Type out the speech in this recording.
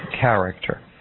character